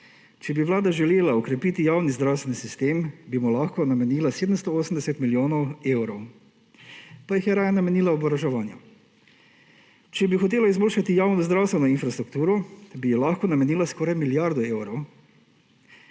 Če bi Vlada želela okrepiti javni zdravstveni sistem, bi mu lahko namenila 780 milijonov evrov, pa jih je raje namenila oboroževanju. Če bi hotela izboljšati javno zdravstveno infrastrukturo, bi ji lahko namenila skoraj milijardo evrov,